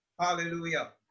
Hallelujah